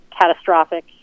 catastrophic